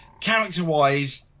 character-wise